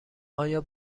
آیا